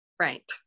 Right